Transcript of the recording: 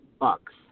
bucks